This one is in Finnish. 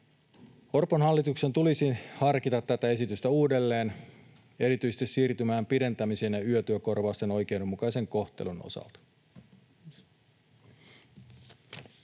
Orpon hallituksen tulisi harkita tätä esitystä uudelleen erityisesti siirtymäajan pidentämisen ja yötyökorvausten oikeudenmukaisen kohtelun osalta.